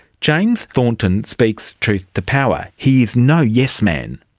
james thornton speaks truth to power. he is no yes-man.